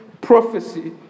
prophecy